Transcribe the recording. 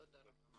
תודה רבה.